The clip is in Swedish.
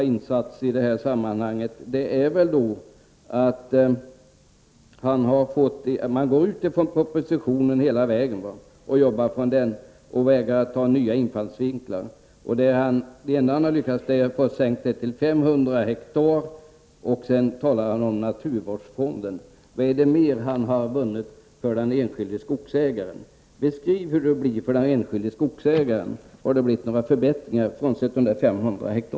Lennart Brunander har i sitt arbete utgått ifrån propositionen och vägrat att lyssna till nya infallsvinklar. Hans stora insats i detta sammanhang är förslaget som gäller sänkningen till 500 ha och detta med naturvårdsfonden. Vad har han mer vunnit för den enskilde skogsägaren? Beskriv hur det blir för honom! Blir det några förbättringar, frånsett sänkningen till 500 ha?